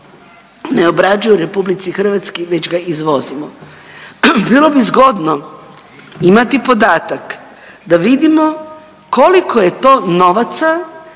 ne obrađuje u Republici Hrvatskoj već ga izvozimo. Bilo bi zgodno imati podatak da vidimo koliko je to novaca